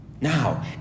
Now